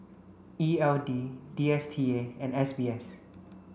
E L D D S T A and S B S